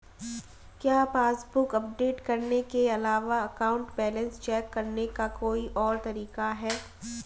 क्या passbook update करने के अलावा अकाउंट बैलेंस चेक करने का कोई और तरीका है?